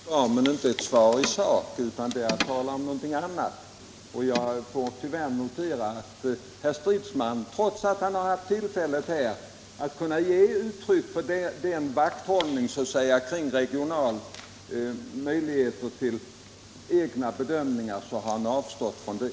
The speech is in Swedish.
Herr talman! Det är onekligen ett svar, men det är inte ett svar i sak — herr Stridsman talar i stället om något annat. Jag får tyvärr notera att herr Stridsman, trots att han har haft tillfälle att ge uttryck för vad som gäller, har avstått från att göra det.